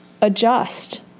adjust